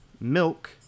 Milk